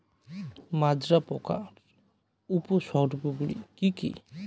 মাজরা পোকার উপসর্গগুলি কি কি?